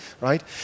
right